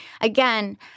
again